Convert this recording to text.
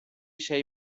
sei